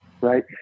right